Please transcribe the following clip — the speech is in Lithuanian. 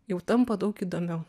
jau tampa daug įdomiau